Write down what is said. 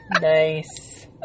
Nice